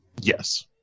yes